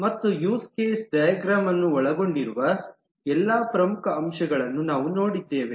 ಮತ್ತು use case ಡೈಗ್ರಾಮ್ವನ್ನು ಒಳಗೊಂಡಿರುವ ಎಲ್ಲಾ ಪ್ರಮುಖ ಅಂಶಗಳನ್ನು ನಾವು ನೋಡಿದ್ದೇವೆ